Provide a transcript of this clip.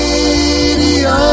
Radio